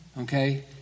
Okay